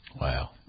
Wow